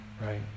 right